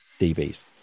DBs